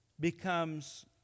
becomes